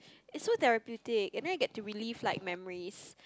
is so therapeutic and then you get to relief like memories